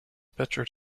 picture